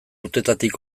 urtetatik